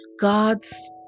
God's